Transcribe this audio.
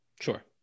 sure